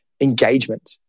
engagement